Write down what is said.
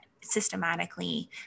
systematically